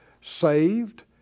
saved